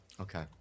Okay